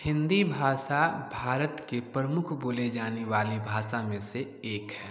हिन्दी भाषा भारत के प्रमुख बोले जाने वाली भाषा में से एक है